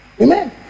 Amen